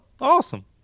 awesome